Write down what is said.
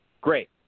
Great